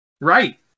Right